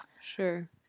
Sure